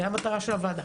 זה המטרה של הוועדה.